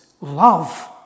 love